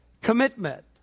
commitment